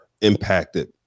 impacted